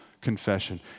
confession